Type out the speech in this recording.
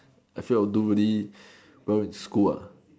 I felt I don't really well school ah